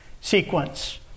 sequence